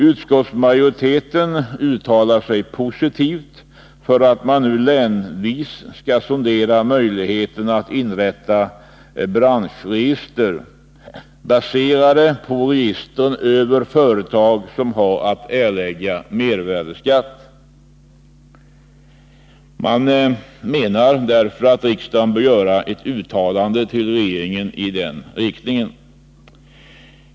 Utskottsmajoriteten uttalar sig positivt för att man nu länsvis skall sondera möjligheterna att inrätta branschregister, baserade på register över företag som har att erlägga mervärdeskatt. Man menar därför att riksdagen bör göra ett uttalande till regeringen i den riktningen.